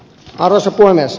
arvoisa puhemies